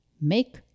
make